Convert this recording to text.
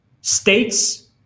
States